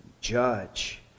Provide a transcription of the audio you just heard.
judge